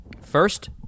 First